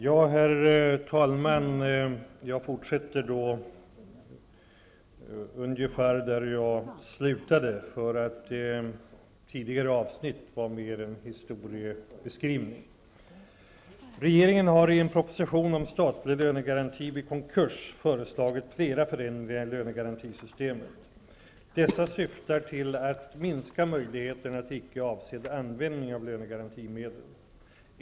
Herr talman! Jag fortsätter då med svaret ungefär där jag slutade -- tidigare avsnitt var närmast en historiebeskrivning. föreslagit flera förändringar i lönegarantisystemet. Dessa syftar till att minska möjligheterna till icke avsedd användning av lönegarantimedel.